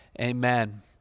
amen